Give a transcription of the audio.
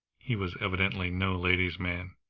he was evidently no lady's man.